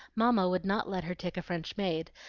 mamma would not let her take a french maid,